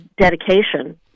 dedication